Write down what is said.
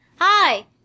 Hi